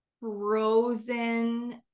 frozen